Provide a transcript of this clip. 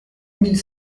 mille